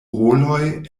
roloj